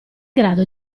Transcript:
grado